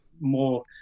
more